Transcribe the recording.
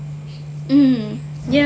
mm ya